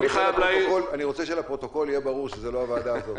אני רוצה שלפרוטוקול יהיה ברור שזו לא הוועדה הזאת.